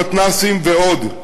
במתנ"סים ועוד.